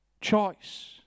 choice